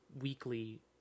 weekly